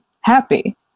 happy